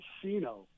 casino